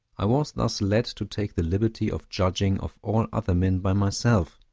i was thus led to take the liberty of judging of all other men by myself,